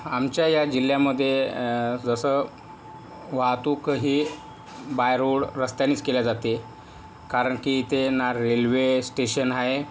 आमच्या या जिल्ह्यामध्ये जसं वाहतूक हे बाय रोड रस्त्यानेच केला जाते कारण की इथे ना रेल्वे स्टेशन आहे